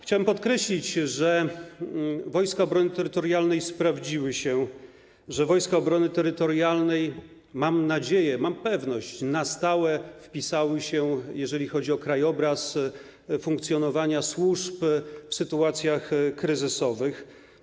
Chciałem podkreślić, że Wojska Obrony Terytorialnej sprawdziły się, że Wojska Obrony Terytorialnej, mam nadzieję, mam pewność, na stałe wpisały się w krajobraz funkcjonowania służb w sytuacjach kryzysowych.